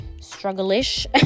struggle-ish